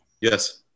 Yes